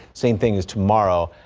same thing is tomorrow.